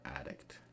addict